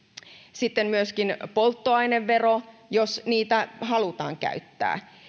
sitten myöskin polttoainevero jos niitä halutaan käyttää on